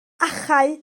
achau